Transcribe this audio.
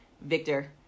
Victor